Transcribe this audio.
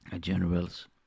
Generals